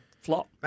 flop